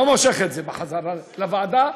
לא מושך את בחזרה לוועדה,